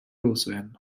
loswerden